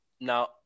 Now